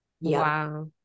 Wow